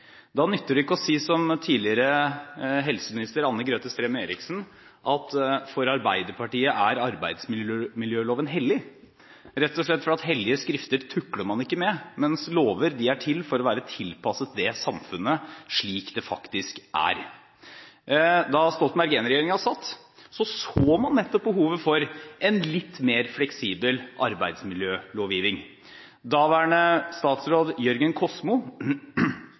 Da nytter det ikke å si som tidligere helseminister Anne-Grete Strøm-Erichsen at for Arbeiderpartiet er arbeidsmiljøloven hellig – rett og slett fordi hellige skrifter tukler man ikke med, mens lover er til for å være tilpasset samfunnet slik det faktisk er. Da Stoltenberg I-regjeringen satt, så man nettopp behovet for en litt mer fleksibel arbeidsmiljølovgivning. Daværende statsråd Jørgen Kosmo